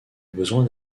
besoin